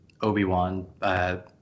Obi-Wan